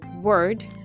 word